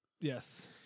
yes